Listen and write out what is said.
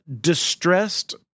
distressed